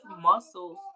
muscles